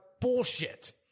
bullshit